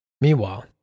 Meanwhile